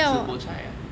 吃 po chai ah